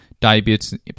diabetes